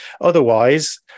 Otherwise